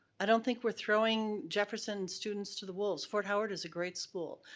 i don't think we're throwing jefferson students to the wolves. fort howard is a great school.